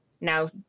now